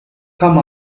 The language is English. come